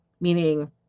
meaning